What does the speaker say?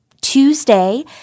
Tuesday